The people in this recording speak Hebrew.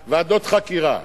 את ועדות החקירה.